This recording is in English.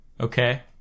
Okay